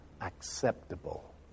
acceptable